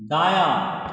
दायाँ